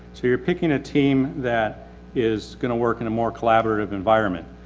so you're picking a team that is going to work in a more collaborative environment.